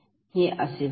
हे जे माझे असेल